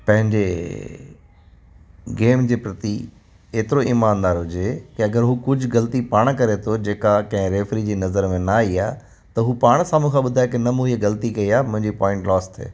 पंहिंजे गेम जे प्रति एतिरो ईमानदार हुजे कि अगरि हू कुझु ग़लती पाणि करे थो जेका कंहिं रेफ़िरी जी नज़र में न आई आहे त हू पाणि साम्हूं खां ॿुधाए न मूं हीअं ग़लती कई आ मुंहिंजी पॉईंट लोस ते